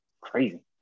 crazy